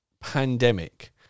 pandemic